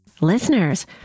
Listeners